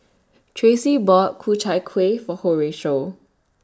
Tracey bought Ku Chai Kueh For Horatio